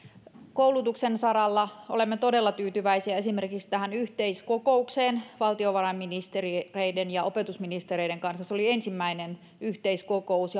koulutuksen saralla olemme todella tyytyväisiä esimerkiksi tähän yhteiskokoukseen valtiovarainministereiden ja opetusministereiden kesken se oli ensimmäinen yhteiskokous